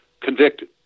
convicted